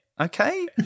okay